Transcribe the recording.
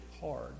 hard